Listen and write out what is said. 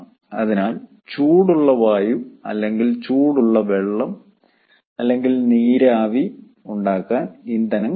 അതിനാൽ ചൂടുള്ള വായു അല്ലെങ്കിൽ ചൂടുവെള്ളം അല്ലെങ്കിൽ നീരാവി ഉണ്ടാക്കാൻ ഇന്ധനം കത്തിക്കണം